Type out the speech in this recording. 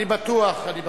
אני בטוח, אני בטוח.